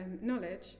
knowledge